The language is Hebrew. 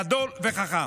גדול וחכם.